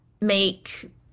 make